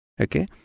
okay